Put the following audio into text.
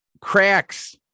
cracks